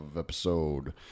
Episode